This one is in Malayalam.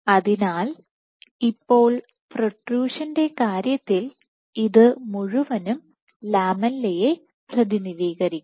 അതിനാൽ ഇപ്പോൾ പ്രൊട്രുഷന്റെ കാര്യത്തിൽ ഇത് മുഴുവൻ ലാമെല്ലയെ പ്രതിനിധീകരിക്കും